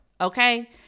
Okay